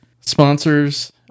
sponsors